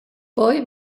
poi